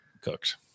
Cooked